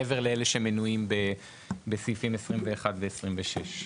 מעבר לאלה שמנויים בסעיפים 21 ו-26,